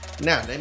now